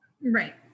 Right